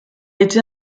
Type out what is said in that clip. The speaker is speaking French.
été